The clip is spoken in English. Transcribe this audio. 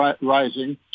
rising